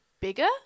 bigger